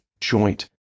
joint